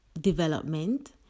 development